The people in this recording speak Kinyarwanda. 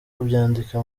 kubyandika